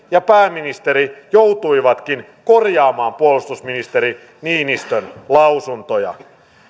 ja pääministeri joutuivatkin korjaamaan puolustusministeri niinistön lausuntoja